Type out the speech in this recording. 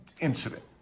incident